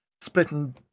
splitting